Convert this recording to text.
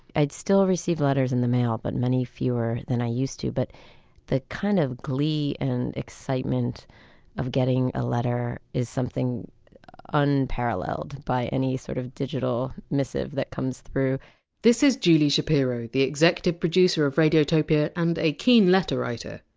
i still receive letters in the mail, but many fewer than i used to. but that kind of glee and excitement of getting a letter is something unparalleled by any sort of digital missive that comes through this is julie shapiro, the executive producer of radiotopia, and a keen letter writer.